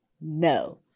no